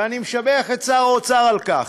ואני משבח את שר האוצר על כך.